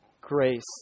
Grace